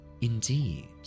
Indeed